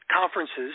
conferences